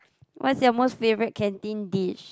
what's your most favorite canteen dish